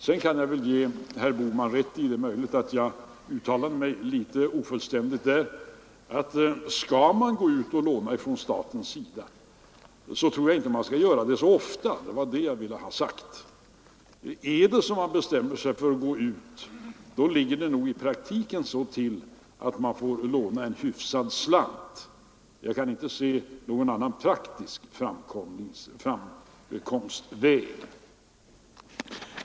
Sedan kan jag väl ge herr Bohman rätt i — det är möjligt att jag uttalade mig litet ofullständigt på den punkten — att skall staten gå ut och låna skall den inte göra det så ofta; det var det jag ville ha sagt. Om man bestämmer sig för att gå ut, då ligger det nog i praktiken så till att man får låna en hyfsad slant. Jag kan inte se någon annan praktisk framkomstväg.